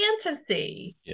fantasy